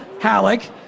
Halleck